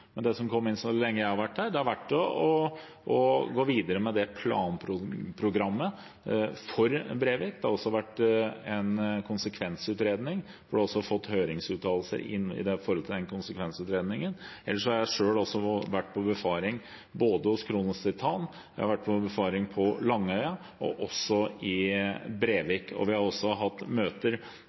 men det som er gjort mens jeg har vært her, er at man har gått videre med planprogrammet for Brevik. Det har også vært en konsekvensutredning, og en har fått høringsuttalelser i tilknytning til den. Ellers har jeg selv vært på befaring både hos Kronos Titan, på Langøya og i Brevik. Vi har også hatt møter